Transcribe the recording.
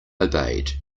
obeyed